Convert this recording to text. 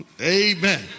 Amen